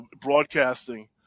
broadcasting